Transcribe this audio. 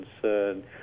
concern